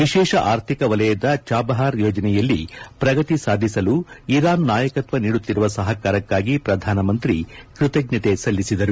ವಿಶೇಷ ಆರ್ಥಿಕ ವಲಯದ ಚಾಬಹಾರ್ ಯೋಜನೆಯಲ್ಲಿ ಪ್ರಗತಿ ಸಾಧಿಸಲು ಇರಾನ್ ನಾಯಕತ್ವ ನೀಡುತ್ತಿರುವ ಸಹಕಾರಕ್ಕಾಗಿ ಪ್ರಧಾನಮಂತ್ರಿ ಕೃತಜ್ಞತೆ ಸಲ್ಲಿಸಿದರು